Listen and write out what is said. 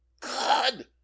God